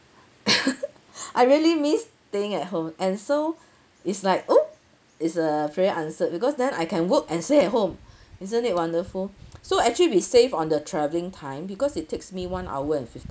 I really miss staying at home and so it's like oh it's a prayer answered because then I can work and stay at home isn't it wonderful so actually we save on the travelling time because it takes me one hour and fifteen